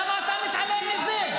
למה אתה מתעלם מזה?